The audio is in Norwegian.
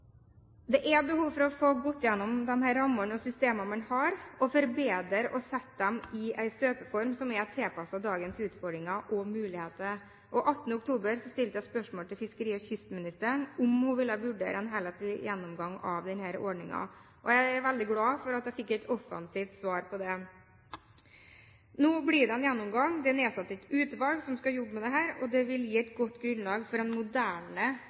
Det er behov for å få gått igjennom de rammene og systemene man har, og forbedre og sette dem i en støpeform som er tilpasset dagens utfordringer og muligheter. Den 19. oktober stilte jeg et spørsmål til fiskeri- og kystministeren om hun ville vurdere en helhetlig gjennomgang av denne ordningen. Jeg er veldig glad for at jeg fikk et offensivt svar på det. Nå blir det en gjennomgang. Det er nedsatt et utvalg som skal jobbe med dette, og det vil gi et godt grunnlag for en moderne